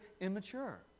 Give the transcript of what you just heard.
immature